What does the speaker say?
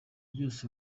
byose